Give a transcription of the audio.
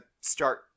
start